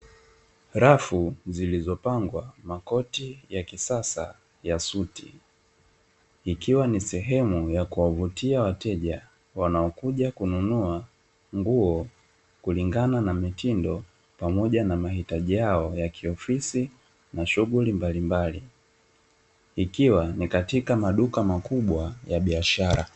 Rafu ziliyopangwa makoti ya kisasa ya suti, ikiwa ni sehemu ya kuwavutia wateja wanaokuja kununua nguo kulingana na mitindo pamoja na mahitaji yao ya kiofisi na shughuli mbalimbali ikiwa ni katika maduka makubwa ya biashara.